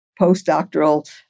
Postdoctoral